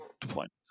deployment